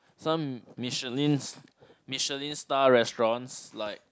some Michelin's Michelin star restaurants like